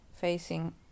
facing